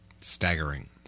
Staggering